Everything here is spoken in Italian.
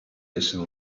essere